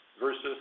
versus